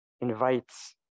invites